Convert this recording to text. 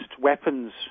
weapons